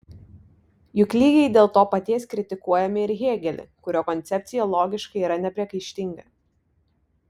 juk lygiai dėl to paties kritikuojame ir hėgelį kurio koncepcija logiškai yra nepriekaištinga